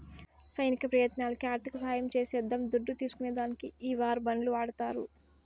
సైనిక ప్రయత్నాలకి ఆర్థిక సహాయం చేసేద్దాం దుడ్డు తీస్కునే దానికి ఈ వార్ బాండ్లు వాడతారు